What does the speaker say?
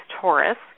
Taurus